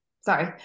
sorry